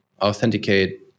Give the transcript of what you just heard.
authenticate